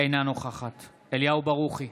אינה נוכחת אליהו ברוכי,